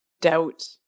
doubt